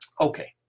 Okay